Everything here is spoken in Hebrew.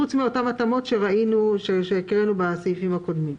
פרט לאותן התאמות שהקראנו בתקנות הקודמות.